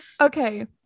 Okay